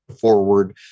forward